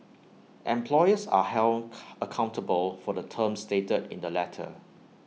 employers are held accountable for the terms stated in the letter